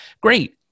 Great